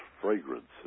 fragrances